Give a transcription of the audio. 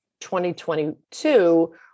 2022